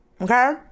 okay